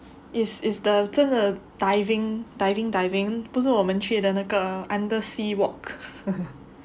is is the 真的 diving diving diving 不是我们去的那个 undersea walk